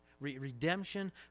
Redemption